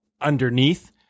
underneath